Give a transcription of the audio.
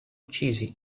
uccisi